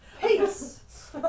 Peace